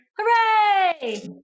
Hooray